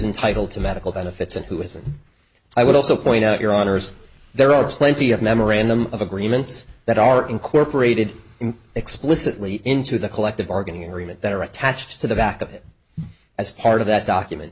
entitle to medical benefits and who isn't i would also point out your honour's there are plenty of memorandum of agreements that are incorporated in explicitly into the collective bargaining agreement that are attached to the back of it as part of that document